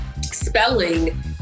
spelling